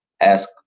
ask